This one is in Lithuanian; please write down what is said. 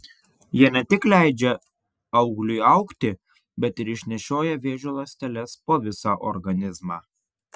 jie ne tik leidžia augliui augti bet ir išnešioja vėžio ląsteles po visą organizmą